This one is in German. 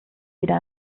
wieder